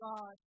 God